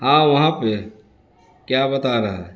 ہاں وہاں پہ کیا بتا رہا ہے